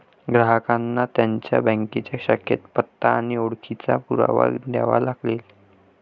ग्राहकांना त्यांच्या बँकेच्या शाखेत पत्ता आणि ओळखीचा पुरावा द्यावा लागेल